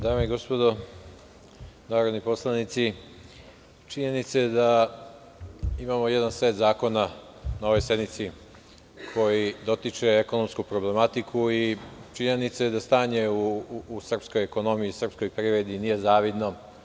Dame i gospodo narodni poslanici, činjenica je da imamo jedan set zakona na ovoj sednici koji dotiče ekonomsku problematiku i činjenica je da stanje u srpskoj ekonomiji i srpskoj privredi nije zavidno.